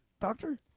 doctor